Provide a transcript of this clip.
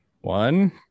one